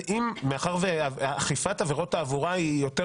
מאחר שאכיפת עבירות תעבורה היא יותר,